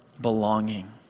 belonging